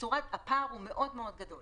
הפער הוא מאוד מאוד גדול